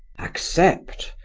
accept,